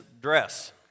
dress